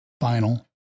final